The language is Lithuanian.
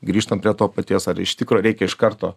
grįžtam prie to paties ar iš tikro reikia iš karto